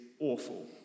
awful